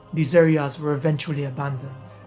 these areas were eventually abandoned.